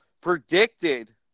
predicted